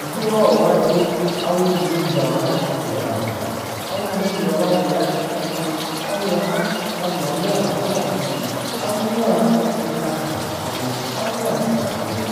jijei ba uma fyen awunu i mbwy ra imbyau ba hwe, a wunui mbayu ba buera kui dan ah anwua ha anwua nwa kyiti anwua i tsaka abu anwua i panka ando